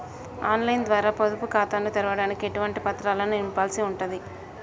On line ద్వారా పొదుపు ఖాతాను తెరవడానికి ఎటువంటి పత్రాలను నింపాల్సి ఉంటది?